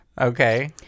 Okay